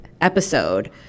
episode